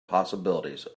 possibilities